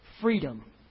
freedom